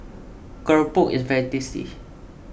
Keropok is very tasty